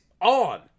on